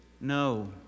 no